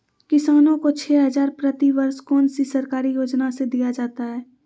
किसानों को छे हज़ार प्रति वर्ष कौन सी सरकारी योजना से दिया जाता है?